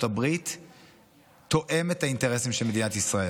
הברית תואם את האינטרסים של מדינת ישראל?